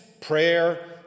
prayer